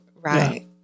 Right